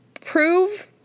prove